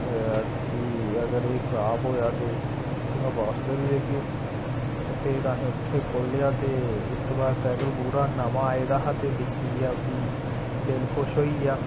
कि अगर एह् खराब होएआ ते इत्थूं गै बापस करी देग्गै ते फिर असें उत्थै खोल्लेआ ते इस बार सैकल पूरा नमां आए दा हा ते दिक्खयै उस्सी दिल खुश होई गेआ